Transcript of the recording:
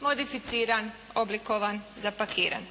modificiran, oblikovan, zapakiran.